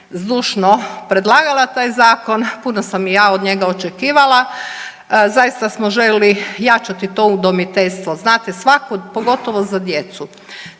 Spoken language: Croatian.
zdušno predlagala taj zakon, puno sam i ja od njega očekivala. Zaista smo željeli jačati to udomiteljstvo, znate svako, pogotovo za djecu.